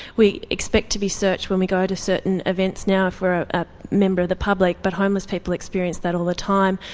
we expect to be searched when we go to certain events now, for a ah member of the public, but homeless people experience that all the time.